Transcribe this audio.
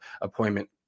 appointment